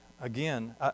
Again